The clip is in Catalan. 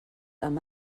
amb